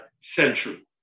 century